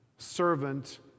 servant